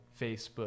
Facebook